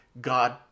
God